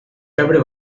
pebre